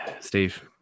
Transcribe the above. Steve